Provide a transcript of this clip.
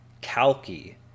Kalki